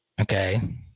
okay